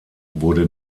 wurde